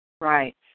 Right